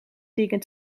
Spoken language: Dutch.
dingen